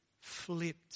flipped